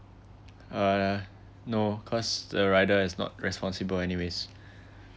uh no cause the rider is not responsible anyways